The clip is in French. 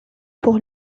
pour